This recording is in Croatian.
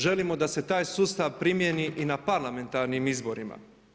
Želimo da se taj sustav primijeni i na parlamentarnim izborima.